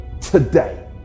today